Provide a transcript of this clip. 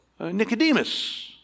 Nicodemus